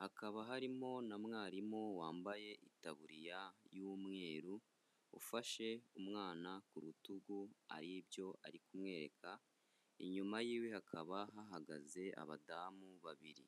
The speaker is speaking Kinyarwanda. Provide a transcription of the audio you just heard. hakaba harimo na mwarimu wambaye itaburiya y'umweru ufashe umwana ku rutugu hari ibyo ari kumwereka, inyuma y'iwe hakaba hahagaze abadamu babiri.